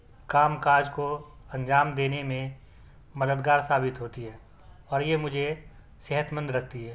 کام کاج کو انجام دینے میں مددگار ثابت ہوتی ہے اور یہ مجھے صحت مند رکھتی ہے